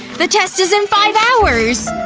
the test is in five hours!